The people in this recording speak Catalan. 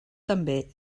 també